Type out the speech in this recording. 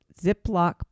Ziploc